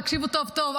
תקשיבו טוב טוב.